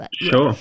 Sure